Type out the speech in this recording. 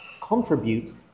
contribute